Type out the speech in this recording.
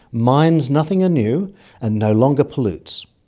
mines nothing anew and no longer pollutes.